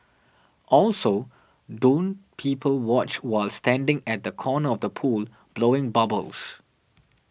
also don't people watch while standing at the corner of the pool blowing bubbles